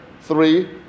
three